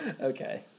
Okay